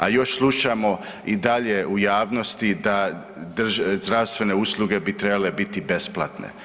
A još slušamo i dalje u javnosti da zdravstvene usluge bi trebale biti besplatne.